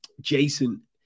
Jason